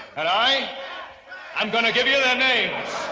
and i am going to give you their names.